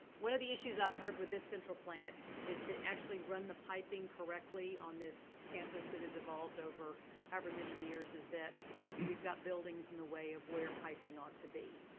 one of the issues i've heard with this central plant is to actually run the piping correctly on this campus that has evolved over however many years, is that we've got buildings in the way of where piping ought to be.